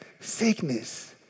sickness